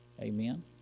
Amen